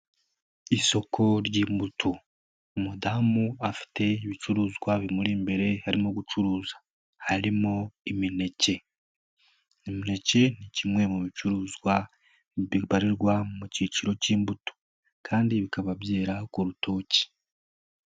Isoko ry'imbuto, umudamu afite ibicuruzwa bimuri imbere harimo gucuruza. Harimo imineke. Imineke ni kimwe mu bicuruzwa bibarirwa mu kiciro k'imbuto kandi bikaba byera ku rutoki.